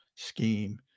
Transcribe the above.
scheme